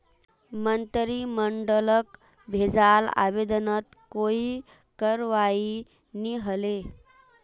मंत्रिमंडलक भेजाल आवेदनत कोई करवाई नी हले